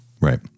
Right